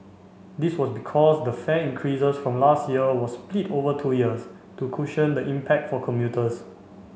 this was because the fare increases from last year was split over two years to cushion the impact for commuters